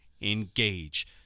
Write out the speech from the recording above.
engage